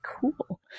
Cool